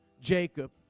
Jacob